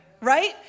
right